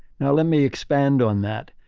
now, let me expand on that.